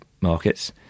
markets